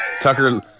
Tucker